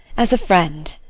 as a friend,